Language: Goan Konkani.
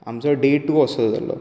आमचो डे टू असो जालो